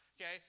okay